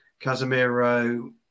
Casemiro